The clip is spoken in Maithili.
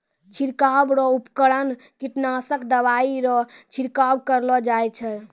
छिड़काव रो उपकरण कीटनासक दवाइ रो छिड़काव करलो जाय छै